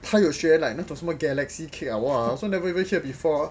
他有学 like 什么 galaxy cake ah I also never hear before